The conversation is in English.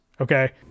Okay